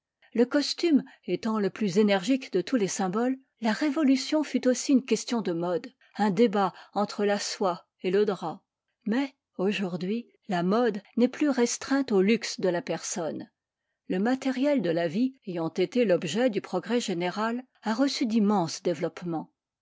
le costume étant le plus énergique de tous les symboles la révolution fut aussi une question de mode un débat entre la soie et le drap mais aujourd'hui la mode n'est plus restreinte au luxe de la personne le matériel de la vie ayant été l'objet du progrès général a reçu d'immenses développements